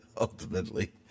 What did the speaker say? ultimately